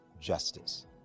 justice